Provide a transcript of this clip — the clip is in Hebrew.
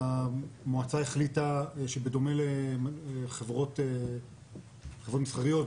המועצה החליטה שבדומה לחברות מסחריות,